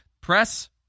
press